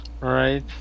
right